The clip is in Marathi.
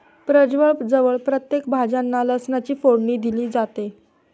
प्रजवळ जवळ प्रत्येक भाज्यांना लसणाची फोडणी दिली जाते